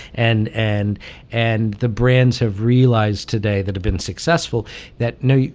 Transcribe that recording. and and and the brands have realized today that have been successful that, no, yeah